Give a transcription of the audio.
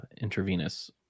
intravenous